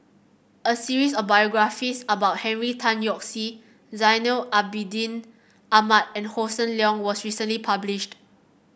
a series of biographies about Henry Tan Yoke See Zainal Abidin Ahmad and Hossan Leong was recently published